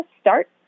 start